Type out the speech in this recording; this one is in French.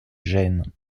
gênes